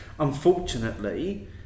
Unfortunately